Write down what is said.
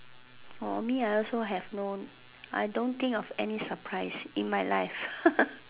for me I also have no I don't think of any surprise in my life